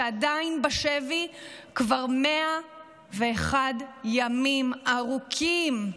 שעדיין בשבי כבר 101 ימים ארוכים.